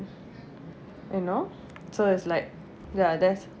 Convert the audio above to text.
you know so is like ya that's